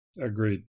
Agreed